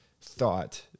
thought